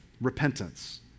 repentance